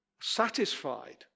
satisfied